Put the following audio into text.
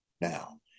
now